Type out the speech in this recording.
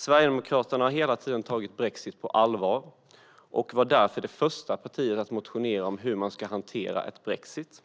Sverigedemokraterna har hela tiden tagit brexit på allvar och var därför det första partiet att motionera om hur man ska hantera en brexit.